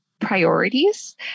priorities